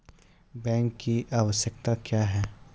Bank की आवश्यकता क्या हैं?